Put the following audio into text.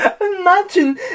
Imagine